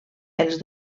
els